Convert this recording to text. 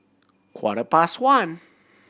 quarter past one